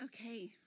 Okay